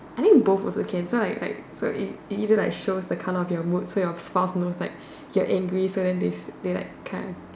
I think both also can so like like so it it either like shows the colour of your mood so your spouse knows like you're angry so then they they like car